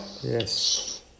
Yes